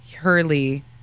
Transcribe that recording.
Hurley